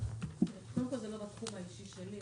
קודם כל זה לא בתחום האישי שלי,